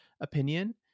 opinion